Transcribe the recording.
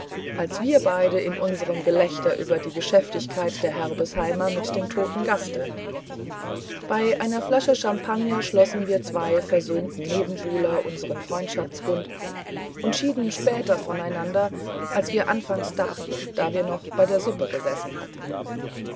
als wir beide in unserem gelächter über die geschäftigkeit der herbesheimer mit dem toten gaste bei einer flasche champagner schlossen wir zwei versöhnten nebenbuhler unseren freundschaftsbund und schieden später voneinander als wir anfangs dachten da wie noch bei der suppe gesessen hatten